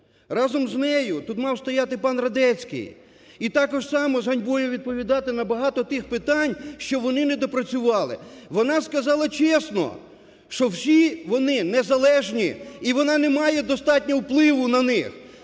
разом з нею тут мав стояти пан Радецький, і також само з ганьбою відповідати на багато тих питань, що вони недопрацювали. Вона сказала чесно, що всі вони незалежні і вона не має достатньо впливу на них.